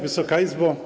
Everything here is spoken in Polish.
Wysoka Izbo!